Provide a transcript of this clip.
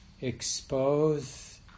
expose